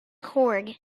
cord